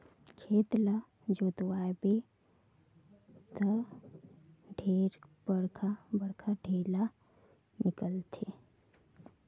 खेत ल जोतवाबे त ढेरे बड़खा बड़खा ढ़ेला निकलथे